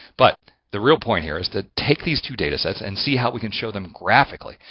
but the real point here is to take these two data sets and see how we can show them graphically.